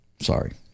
sorry